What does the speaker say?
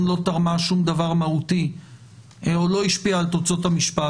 לא תרמה שום דבר מהותי או לא השפיעה על תוצאות המשפט.